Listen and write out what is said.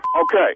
Okay